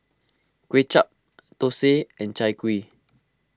Kway Chap Thosai and Chai Kuih